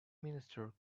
minister